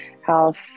health